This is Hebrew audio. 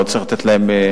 לא צריך לתת להם,